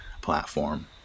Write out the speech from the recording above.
platform